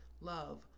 love